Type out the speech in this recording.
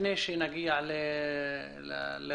לפני שנגיע לסיכום.